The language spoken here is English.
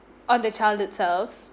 on the child itself